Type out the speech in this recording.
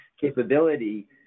capability